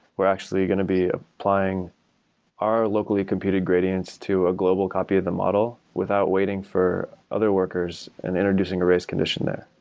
we're actually to be ah applying our locally computed gradients to a global copy of the model without waiting for other workers and introducing a raise condition there.